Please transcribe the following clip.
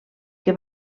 que